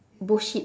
bullshit